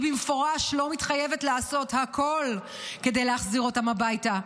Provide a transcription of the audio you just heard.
במפורש לא מתחייבת לעשות הכול כדי להחזיר אותם הביתה,